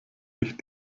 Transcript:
sich